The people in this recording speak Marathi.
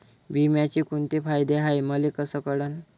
बिम्याचे कुंते फायदे हाय मले कस कळन?